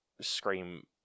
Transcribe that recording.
Scream